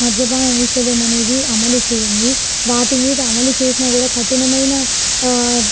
మద్యపాన నిషేధం అనేది అమలు చేయండి వాటి మీద అమలు చేసిన కూడా కఠినమైన